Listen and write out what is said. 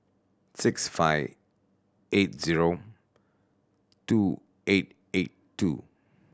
six five eight zero two eight eight two